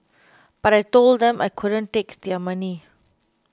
but I told them I couldn't take their money